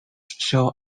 show